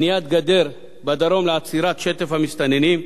בניית גדר בדרום לעצירת שטף המסתננים,